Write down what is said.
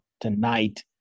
tonight